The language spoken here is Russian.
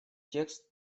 текст